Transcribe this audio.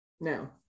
No